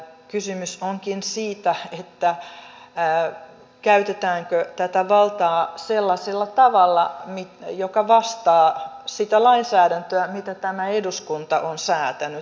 kysymys onkin siitä käytetäänkö tätä valtaa sellaisella tavalla joka vastaa sitä lainsäädäntöä mitä tämä eduskunta on säätänyt